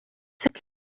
took